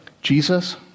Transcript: Jesus